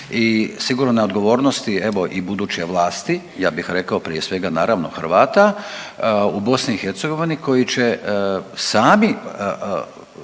i sigurno … odgovornosti evo i buduće vlasti, ja bih rekao prije svega naravno Hrvata u BiH koji će sami